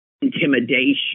intimidation